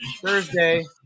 Thursday